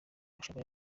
mushumba